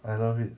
I love it